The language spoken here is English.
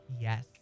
Yes